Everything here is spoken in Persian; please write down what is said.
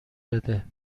بده